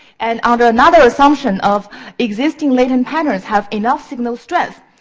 and under another assumption of existing latent patterns have enough signal stress.